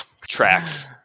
Tracks